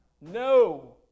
No